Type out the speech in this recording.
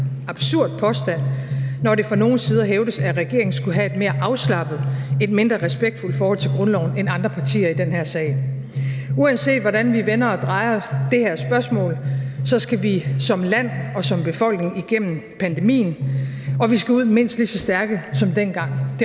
absurd påstand, når det fra nogle sider hævdes, at regeringen skulle have et mere afslappet, et mindre respektfuldt forhold til grundloven end andre partier i den her sag. Uanset hvordan vi vender og drejer det her spørgsmål, skal vi som land og som befolkning igennem pandemien, og vi skal ud af den mindst lige så stærke, som vi var,